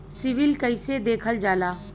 CIBIL कैसे देखल जाला?